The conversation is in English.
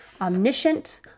omniscient